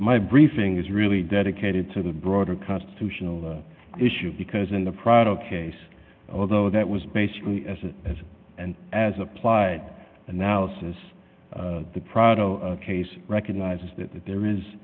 my briefings really dedicated to the broader constitutional issue because in the product case although that was basically as a as and as applied analysis the prado case recognizes that there is